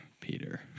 Peter